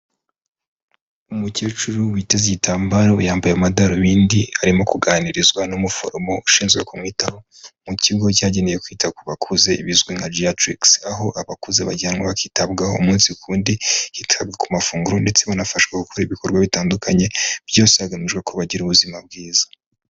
Umukecuru witeze igitambaro, yambaye amadarubindi, arimo kuganirizwa n'umuforomo ushinzwe kumwitaho mu kigo cyagenewe kwita ku bakuze bizwi nka geatrics, aho abakuze bajyanwa bakitabwaho umunsi ku wundi hitabwa ku mafunguro ndetse banafashwa gukora ibikorwa bitandukanye byose hagamijwe ko bagira ubuzima bwiza.